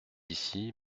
ici